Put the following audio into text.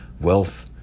wealth